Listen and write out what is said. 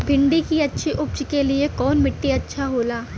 भिंडी की अच्छी उपज के लिए कवन मिट्टी अच्छा होला?